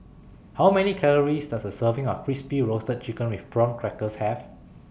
How Many Calories Does A Serving of Crispy Roasted Chicken with Prawn Crackers Have